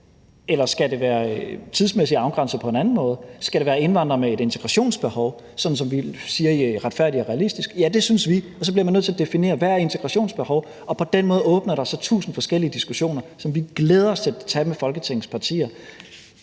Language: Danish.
Eller skal det være tidsmæssigt afgrænset på en anden måde? Skal det være indvandrere med et integrationsbehov, sådan som vi siger i »Retfærdig og realistisk – en udlændingepolitik, der samler Danmark«? Ja, det synes vi. Og så bliver man nødt til at definere, hvad et integrationsbehov er. På den måde åbner der sig tusind forskellige diskussioner, som vi glæder os til at tage med Folketingets partier.